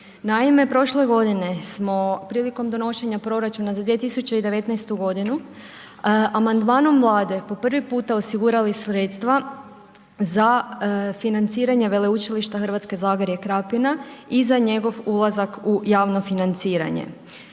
Naime, prošle godine smo prilikom donošenja proračuna za 2019. g. amandmanom Vlade po prvi puta osigurali sredstva za financiranje Veleučilišta Hrvatsko zagorje i Krapina i za njegov ulazak u javno financiranje.